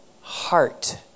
heart